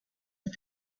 but